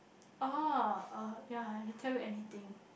oh uh yeah I can tell you anything